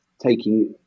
Taking